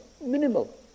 minimal